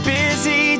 busy